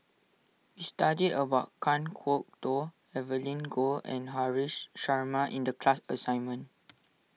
we studied about Kan Kwok Toh Evelyn Goh and Haresh Sharma in the class assignment